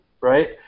right